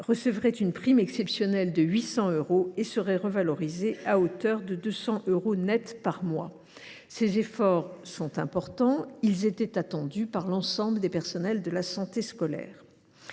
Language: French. recevraient une prime exceptionnelle de 800 euros et seraient revalorisés de 200 euros nets par mois. Ces efforts sont importants ; ils étaient attendus par l’ensemble des personnels de la santé scolaire.